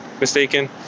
mistaken